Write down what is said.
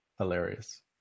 Hilarious